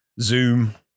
Zoom